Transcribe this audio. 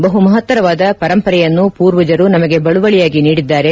ಬಹು ಮಹತ್ತರವಾದ ಪರಂಪರೆಯನ್ನು ಪೂರ್ವಜರು ನಮಗೆ ಬಳುವಳಿಯಾಗಿ ನೀಡಿದ್ದಾರೆ